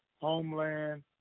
homeland